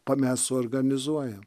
o mes suorganizuojam